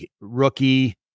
rookie